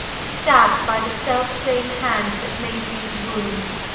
stabb'd by the self-same hand that made these wounds!